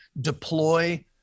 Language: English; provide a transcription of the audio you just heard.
deploy